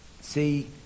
see